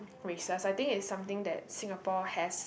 races I think it's something that Singapore has